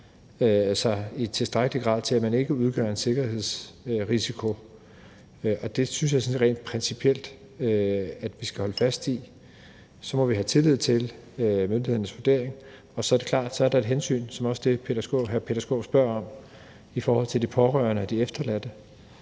sig i tilstrækkelig grad, til at man ikke udgør en sikkerhedsrisiko. Og det synes jeg sådan rent principielt at vi skal holde fast i. Så må vi have tillid til myndighedernes vurdering. Så er det klart, at der også er et hensyn i forhold til de pårørende og de efterladte,